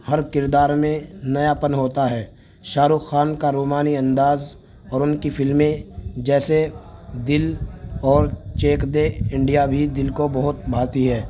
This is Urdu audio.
ہر کردار میں نیا پن ہوتا ہے شاہ رخ خان کا رومانی انداز اور ان کی فلمیں جیسے دل اور چک دے انڈیا بھی دل کو بہت بھاتی ہے